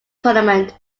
tournament